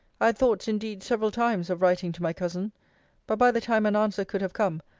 i had thoughts indeed several times of writing to my cousin but by the time an answer could have come,